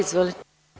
Izvolite.